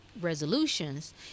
resolutions